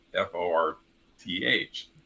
F-O-R-T-H